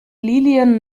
lilien